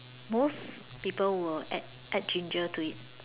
most people will add add ginger to it